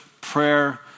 prayer